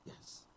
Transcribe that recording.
Yes